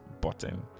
button